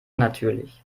natürlich